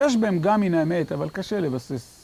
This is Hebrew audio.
יש בהם גם מן האמת, אבל קשה לבסס.